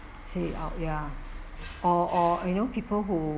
say out ya or or you know people who